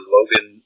Logan